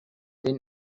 den